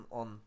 on